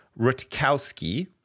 rutkowski